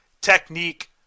technique